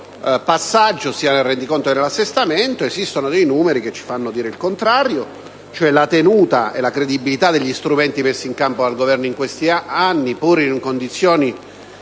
questo passaggio, sia nel rendiconto che nell'assestamento esistano numeri che ci fanno affermare il contrario, cioè la tenuta e la credibilità degli strumenti messi in campo dal Governo in questi anni, pur in condizioni